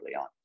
on